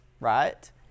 right